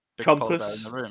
Compass